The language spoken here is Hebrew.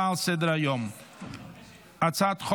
דברי הכנסת,